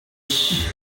ich